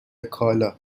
کالا